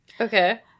Okay